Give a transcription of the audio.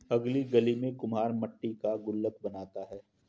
अगली गली में कुम्हार मट्टी का गुल्लक बनाता है